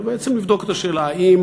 בעצם לבדוק את השאלה, האם